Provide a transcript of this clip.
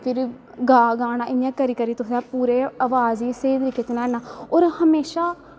फिर गा गाना इयां करी करी तुसें अवाज़ गी स्हेई तरीके च लेआना और हमेशा